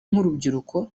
nk’urubyiruko